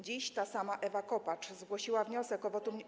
Dziś ta sama Ewa Kopacz zgłosiła wniosek o wotum.